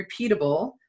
repeatable